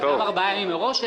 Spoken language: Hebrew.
גם ארבעה ימים מראש,